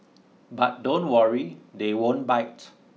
but don't worry they won't bite